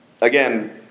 again